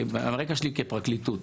הרקע שלי כפרקליטות,